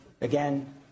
Again